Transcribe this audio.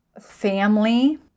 family